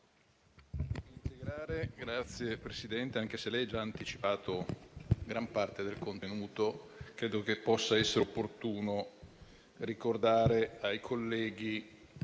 Signor Presidente, anche se lei ha già anticipato gran parte del contenuto, credo possa essere opportuno ricordare ai colleghi